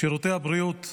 שירותי הבריאות.